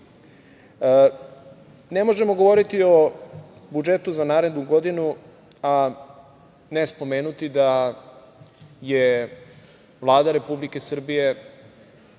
možemo govoriti o budžetu za narednu godinu a ne spomenuti da je Vlada Republike Srbije,